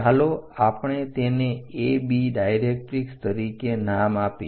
ચાલો આપણે તેને AB ડાયરેક્ટરીક્ષ તરીકે નામ આપીએ